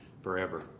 forever